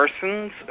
persons